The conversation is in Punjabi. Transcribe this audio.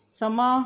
ਸਮਾਂ